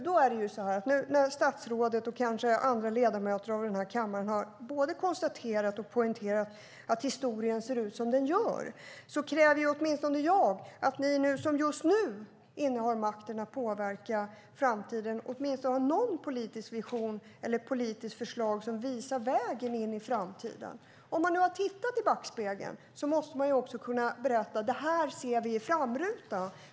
Nu när statsrådet och kanske andra ledamöter av denna kammare har både konstaterat och poängterat att historien ser ut som den gör kräver nämligen åtminstone jag att ni som just nu innehar makten att påverka framtiden har åtminstone någon politisk vision eller något politiskt förslag som visar vägen in i framtiden. Om man nu har tittat i backspegeln måste man också kunna berätta vad man ser i framrutan.